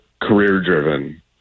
career-driven